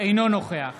אינו נוכח